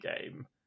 game